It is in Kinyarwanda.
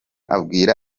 abwira